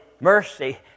mercy